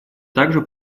также